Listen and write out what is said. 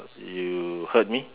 you heard me